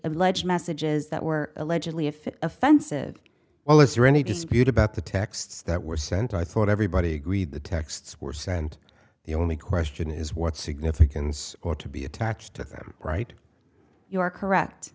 alleged messages that were allegedly if offensive well is there any dispute about the texts that were sent i thought everybody agreed the texts were sent the only question is what significance or to be attached to them right you are correct